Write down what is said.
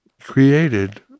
created